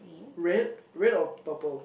red red or purple